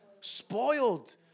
Spoiled